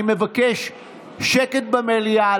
אני מבקש שקט במליאה,